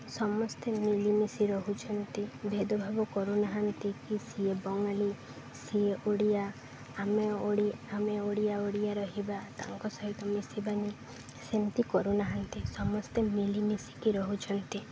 ସମସ୍ତେ ମିଳିମିଶି ରହୁଛନ୍ତି ଭେଦଭାବ କରୁନାହାନ୍ତି କି ସେ ବଙ୍ଗାଳୀ ସେ ଓଡ଼ିଆ ଆମେ ଆମେ ଓଡ଼ିଆ ଓଡ଼ିଆ ରହିବା ତାଙ୍କ ସହିତ ମିଶିବାନି ସେମିତି କରୁନାହାନ୍ତି ସମସ୍ତେ ମିଳିମିଶିକି ରହୁଛନ୍ତି